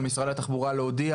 על משרד התחבורה להודיע